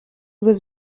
was